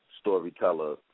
storyteller